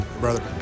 brother